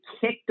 kicked